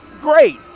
Great